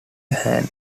hand